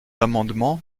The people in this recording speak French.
amendements